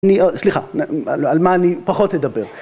סליחה, על מה אני פחות אדבר